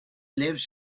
lives